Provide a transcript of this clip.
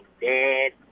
dead